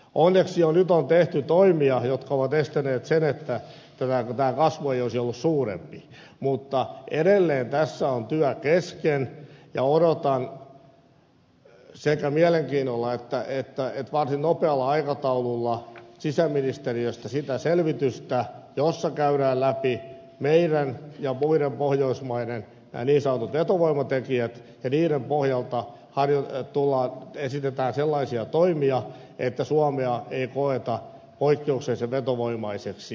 onneksi jo nyt on tehty toimia jotka ovat estäneet sen että tämä kasvu ei ole ollut suurempi mutta edelleen tässä on työ kesken ja odotan sekä mielenkiinnolla että varsin nopealla aikataululla sisäministeriöstä sitä selvitystä jossa käydään läpi meidän ja muiden pohjoismaiden nämä niin sanotut vetovoimatekijät ja niiden pohjalta esitetään sellaisia toimia että suomea ei koeta poikkeuksellisen vetovoimaiseksi